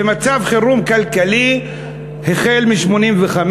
ומצב חירום כלכלי מ-1985,